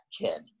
kid